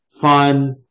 fun